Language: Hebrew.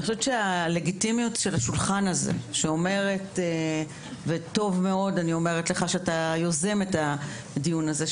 אני חושב שהלגיטימיות של השולחן הזה וטוב מאוד שאתה יוזם את הדיון הזה,